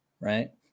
right